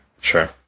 Sure